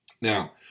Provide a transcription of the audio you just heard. Now